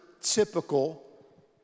typical